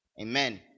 amen